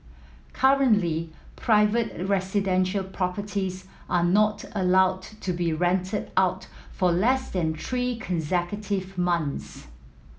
currently private residential properties are not allowed to be rented out for less than three consecutive months